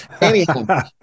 Anyhow